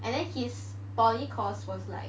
and then his poly course was like